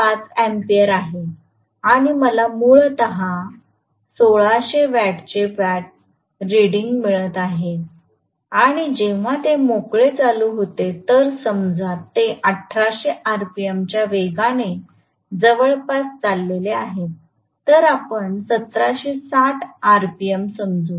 5 ampere आहे आणि मला मूलत 1600 वॅटचे वॉटज रीडिंग मिळते आहे आणि जेव्हा ते मोकळे चालू होते तर समजा ते 1800 आरपीएमच्या वेगाने जवळपास चालले आहेत तर आपण 1760 आरपीएम समजू